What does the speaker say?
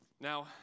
Now